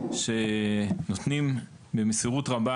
שנותנים במסירות רבה